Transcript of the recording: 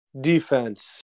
Defense